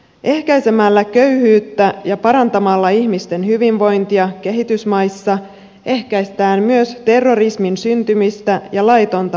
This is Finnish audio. ehkäisemällä köyhyyttä ja parantamalla ihmisten hyvinvointia kehitysmaissa ehkäistään myös terrorismin syntymistä ja laitonta maahanmuuttoa